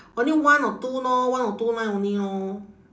only one or two lor one or two line only lor